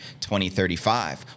2035